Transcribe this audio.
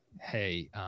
hey